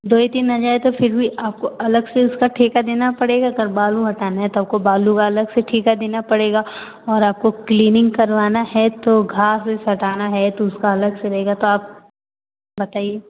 दो ही तीन हज़ार तो फिर भी आपको अलग से उसका ठेका देना पड़ेगा अगर बालू हटाना है तो आपको बालू का अलग से ठेका देना पड़ेगा और आपको क्लीनिंग करवाना है तो घास फूस हटाना है तो उसका अलग से रहेगा तो आप बताइए